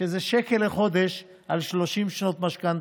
שזה שקל לחודש על 30 שנות משכנתה.